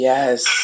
Yes